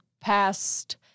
past